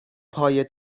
پای